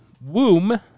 womb